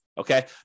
Okay